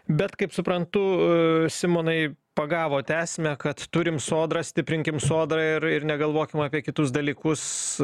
bet kaip suprantu simonai pagavot esmę kad turim sodrą stiprinkime sodrą ir ir ir negalvokim apie kitus dalykus